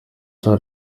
cya